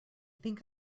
think